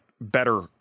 better